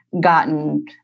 gotten